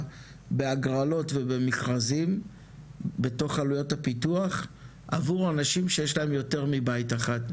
להגרלות ובמכרזים בתוך עלויות הפיתוח עבור אנשים שיש להם יותר מבית אחד,